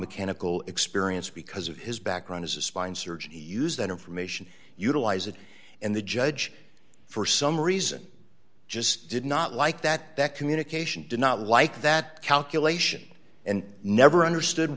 mechanical experience because of his background as a spine surgeon he used that information utilize it and the judge for some reason just did not like that that communication did not like that calculation and never understood